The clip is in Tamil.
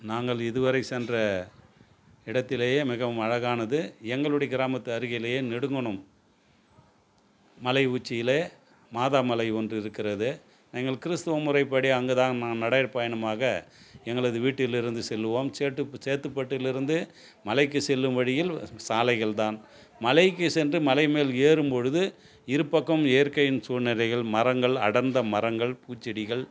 நாங்கள் இதுவரை சென்ற இடத்திலேயே மிகவும் அழகானது எங்களுடைய கிராமத்து அருகிலேயே நெடுங்குணம் மலை உச்சியிலே மாதா மலை ஒன்று இருக்கிறது எங்கள் கிறிஸ்துவ முறைப்படி அங்கு தான் நான் நடைபயணமாக எங்களது வீட்டில் இருந்து செல்வோம் சேட்டு சேத்துப்பட்டில் இருந்து மலைக்கு செல்லும் வழியில் சாலைகள் தான் மலைக்கு சென்று மலை மேல் ஏறும் பொழுது இருபக்கம் இயற்கையின் சூழ்நிலைகள் மரங்கள் அடர்ந்த மரங்கள் பூச்செடிகள்